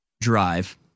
drive